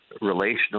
relational